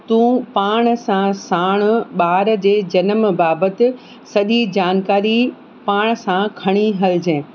तूं पाण सां साण ॿार जे जनम बाबति सॼी जानकारी पाण सां खणी हलिजे